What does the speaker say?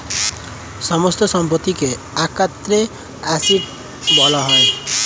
সমস্ত সম্পত্তিকে একত্রে অ্যাসেট্ বলা হয়